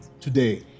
today